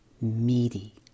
Meaty